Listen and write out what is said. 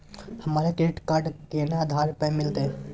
हमरा credit card केना आधार पर मिलते?